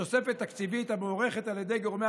כרוכה בתוספת תקציבית המוערכת על ידי גורמי